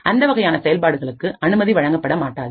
அந்த வகையானசெயல்பாடுகளுக்கு அனுமதி வழங்கப்பட மாட்டாது